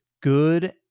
Good